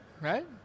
right